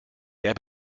der